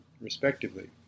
respectively